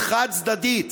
"חד-צדדית",